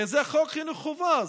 זה חוק חינוך חובה.